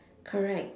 correct